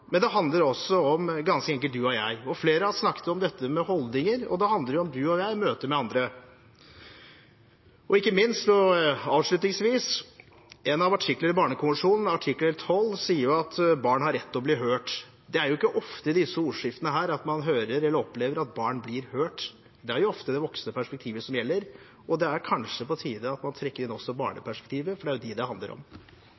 du og jeg i møte med andre. Ikke minst – og avslutningsvis: En av artiklene i Barnekonvensjonen, artikkel 12, sier at barn har rett til å bli hørt. Det er ikke ofte i disse ordskiftene at man opplever at barn blir hørt. Det er ofte de voksnes perspektiv som gjelder, og det er kanskje på tide at man trekker inn barns perspektiv, for det er dem det handler om.